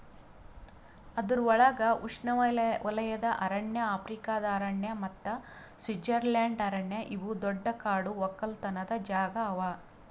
ಅದುರ್ ಒಳಗ್ ಉಷ್ಣೆವಲಯದ ಅರಣ್ಯ, ಆಫ್ರಿಕಾದ ಅರಣ್ಯ ಮತ್ತ ಸ್ವಿಟ್ಜರ್ಲೆಂಡ್ ಅರಣ್ಯ ಇವು ದೊಡ್ಡ ಕಾಡು ಒಕ್ಕಲತನ ಜಾಗಾ ಅವಾ